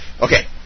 okay